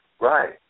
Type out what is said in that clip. Right